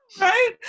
right